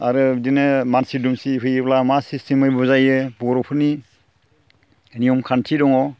आरो बिदिनो मानसि दुमसि फैयोब्ला मा सिस्टेमै बुजायो बर'फोरनि नियम खान्थि दङ